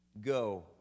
Go